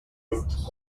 burns